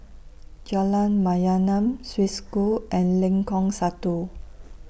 Jalan Mayaanam Swiss School and Lengkong Satu